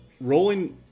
rolling